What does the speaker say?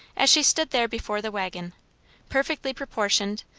as she stood there before the waggon perfectly proportioned,